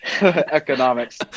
economics